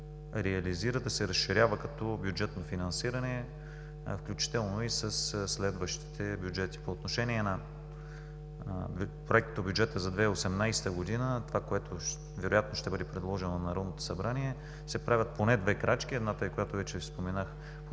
реализира, да се разширява като бюджетно финансиране, включително и със следващите бюджети. По отношение на Проектобюджета за 2018 г. това, което вероятно ще бъде предложено на Народното събрание, се правят поне две крачки. Едната е, която вече споменах